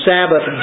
Sabbath